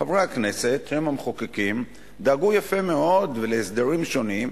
חברי הכנסת שהם המחוקקים דאגו יפה מאוד להסדרים שונים.